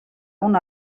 una